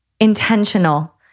intentional